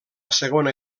segona